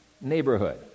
neighborhood